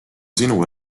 sinu